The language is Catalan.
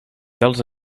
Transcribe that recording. tals